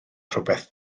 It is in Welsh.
rhywbeth